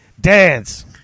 Dance